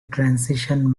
transition